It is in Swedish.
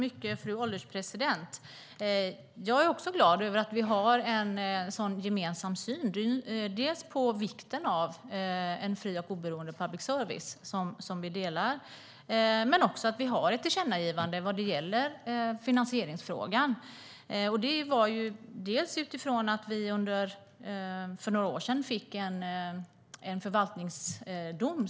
Fru ålderspresident! Jag är också glad över att vi har en gemensam syn på vikten av en fri och oberoende public service. Men vi har också ett tillkännagivande när det gäller finansieringsfrågan. Det gjordes bland annat utifrån att det för några år sedan kom en förvaltningsdom.